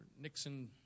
Nixon